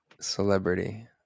celebrity